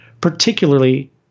particularly